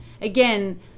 again